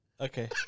Okay